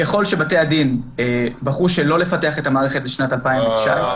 ככל שבתי הדין בחרו שלא לפתח את המערכת בשנת 2019 --- או,